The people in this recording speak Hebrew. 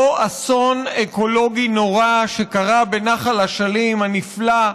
אותו אסון אקולוגי נורא שקרה בנחל אשלים הנפלא,